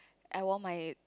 I wore my